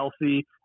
healthy